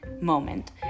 moment